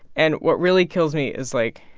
and what really kills me is, like,